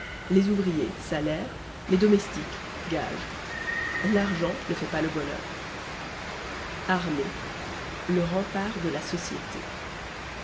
les ouvriers salaires les domestiques gages l'argent ne fait pas le bonheur armée le rempart de la société